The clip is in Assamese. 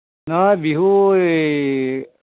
নহয় বিহু এই